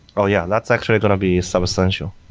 oh, yeah. that's actually going to be some essential.